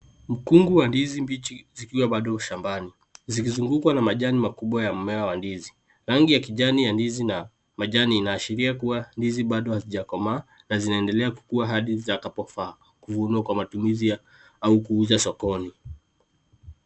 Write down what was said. Mkungu wa ndizi mbichi zikiwa bado shambani zikizungukwa na majani makubwa ya mimea wa ndizi, rangi ya kijani ndizi na majani inaashiria kuwa bado hazijakomaa na zinaendelea hadi zitakapofaa kuvunwa kwa matumizi au kuuza sokoni.